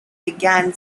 began